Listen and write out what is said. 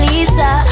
Lisa